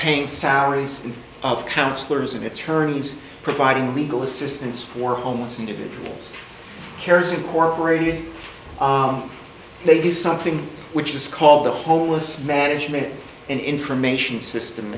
paying salaries of counsellors and attorneys providing legal assistance for homeless individuals carers incorporated they did something which is called the homeless management and information system